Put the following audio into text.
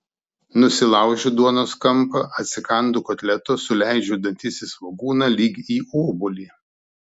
nusilaužiu duonos kampą atsikandu kotleto suleidžiu dantis į svogūną lyg į obuolį